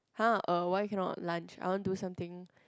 !huh! uh why cannot lunch I want do something